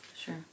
Sure